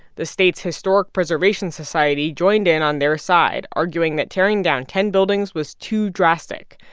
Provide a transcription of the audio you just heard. the state's historic preservation society joined in on their side, arguing that tearing down ten buildings was too drastic.